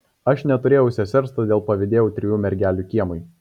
aš neturėjau sesers todėl pavydėjau trijų mergelių kiemui